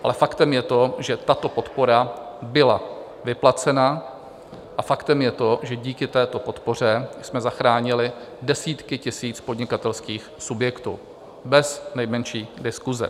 Ale faktem je to, že tato podpora byla vyplacena a faktem je to, že díky této podpoře jsme zachránili desítky tisíc podnikatelských subjektů, bez nejmenší diskuse.